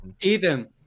Ethan